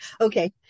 Okay